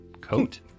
coat